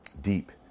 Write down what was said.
deep